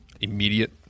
immediate